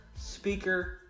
Speaker